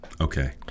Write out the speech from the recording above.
Okay